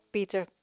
Peter